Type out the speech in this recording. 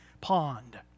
pond